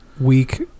week